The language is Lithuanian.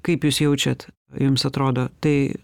kaip jūs jaučiat jums atrodo tai